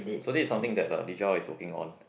so this is something that uh is working on